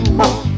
more